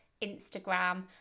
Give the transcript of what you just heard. Instagram